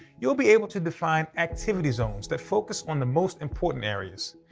you'll be able to define activity zones that focus on the most important areas.